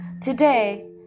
Today